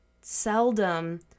Seldom